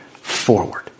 forward